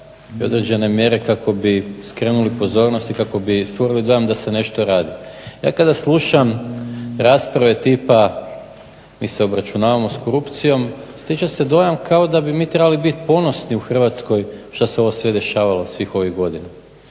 i određene mjere kako bi skrenuli pozornost i kako bi stvorili dojam da se nešto radi. Ja kada slušam rasprave tipa mi se obračunavamo s korupcijom, stječe se dojam kao da bi mi trebali biti ponosni u Hrvatskoj što se ovo sve dešavalo svih ovih godina.